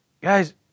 Guys